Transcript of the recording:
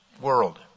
world